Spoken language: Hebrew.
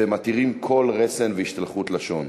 והם מתירים כל רסן בהשתלחות לשון.